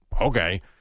Okay